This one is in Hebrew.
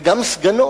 וגם סגנו,